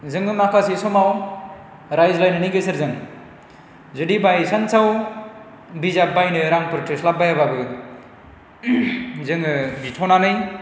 जोङो माखासे समाव रायज्लायनायनि गेजेरजों जुदि बायसान्साव बिजाब बायनो रांफोर थोस्लाब्बायाबाबो जोङो बिथ'नानै